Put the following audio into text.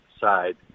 side